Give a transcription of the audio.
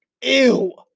Ew